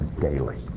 daily